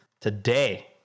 Today